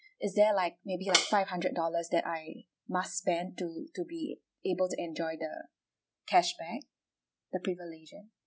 is there like maybe like five hundred dollars that I must spend to to be able to enjoy the cashback the privileges